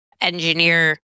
engineer